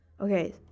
Okay